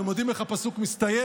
אתם יודעים איך הפסוק מסתיים?